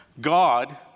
God